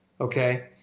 Okay